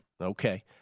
Okay